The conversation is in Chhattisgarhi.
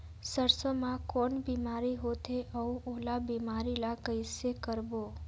सरसो मा कौन बीमारी होथे अउ ओला बीमारी ला कइसे रोकबो?